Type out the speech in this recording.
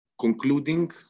concluding